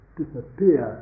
disappear